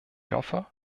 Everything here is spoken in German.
hoffe